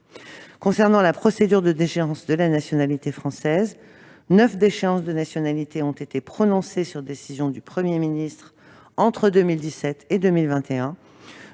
Concernant la procédure de déchéance de la nationalité française, neuf déchéances de nationalité ont été prononcées sur décision du Premier ministre entre 2017 et 2021